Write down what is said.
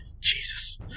Jesus